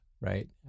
right